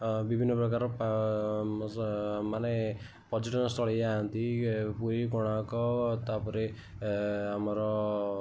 ବିଭିନ୍ନ ପ୍ରକାର ମାନେ ପର୍ଯ୍ୟଟନ ସ୍ଥଳୀ ଯାଆନ୍ତି ପୁରୀ କୋଣାର୍କ ତା'ପରେ ଆମର